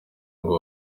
ngo